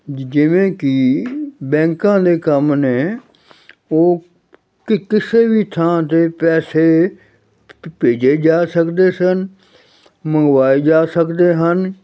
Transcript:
ਜ ਜਿਵੇਂ ਕਿ ਬੈਂਕਾਂ ਲਈ ਕੰਮ ਨੇ ਉਹ ਕ ਕਿਸੇ ਵੀ ਥਾਂ 'ਤੇ ਪੈਸੇ ਭ ਭੇਜੇ ਜਾ ਸਕਦੇ ਸਨ ਮੰਗਵਾਏ ਜਾ ਸਕਦੇ ਹਨ